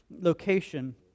location